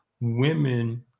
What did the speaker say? women